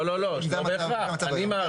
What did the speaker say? אם כן, זה לא יהיה מצב חירום.